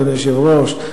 אדוני היושב-ראש.